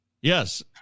Yes